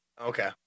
okay